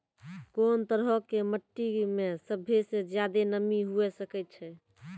कोन तरहो के मट्टी मे सभ्भे से ज्यादे नमी हुये सकै छै?